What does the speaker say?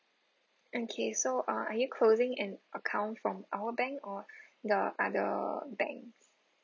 okay so ah are you closing an account from our bank or the other banks